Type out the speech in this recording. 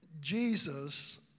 Jesus